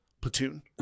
platoon